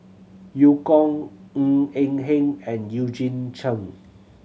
Eu Kong Ng Eng Hen and Eugene Chen